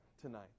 tonight